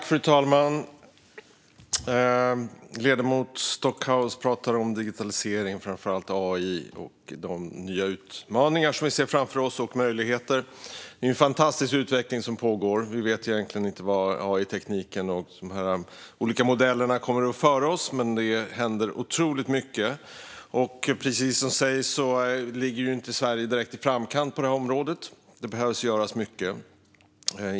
Fru talman! Ledamoten Stockhaus pratar om digitalisering, framför allt AI, och de nya utmaningar och möjligheter som vi ser framför oss. Det är en fantastisk utveckling som pågår. Vi vet egentligen inte vart AI-tekniken och de här olika modellerna kommer att föra oss, men det händer otroligt mycket. Precis som ledamoten säger ligger Sverige inte direkt i framkant på det här området. Mycket behöver göras.